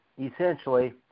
essentially